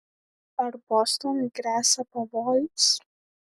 ar bostonui gresia pavojus